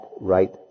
right